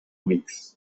weeks